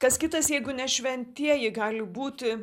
kas kitas jeigu ne šventieji gali būti